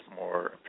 more